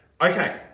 Okay